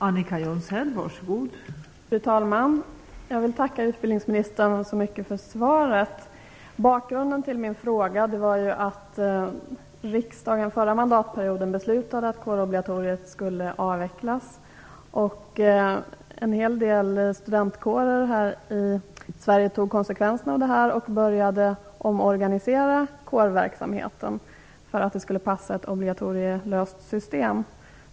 Fru talman! Jag vill tacka utbildningsministern för svaret. Bakgrunden till min fråga var att riksdagen under den förra mandatperioden beslutade att kårobligatoriet skulle avvecklas. En hel del studentkårer började som konsekvens av detta att omorganisera sin verksamhet för att passa ett system utan obligatorium.